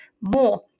more